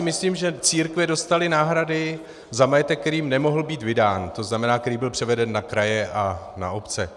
Myslím, že církve dostaly náhrady za majetek, který jim nemohl být vydán, tzn. který byl převeden na kraje a na obce.